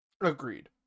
Agreed